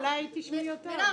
אולי תשמעי אותם.